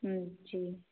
जी